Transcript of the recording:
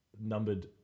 numbered